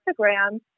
instagram